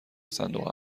صندوق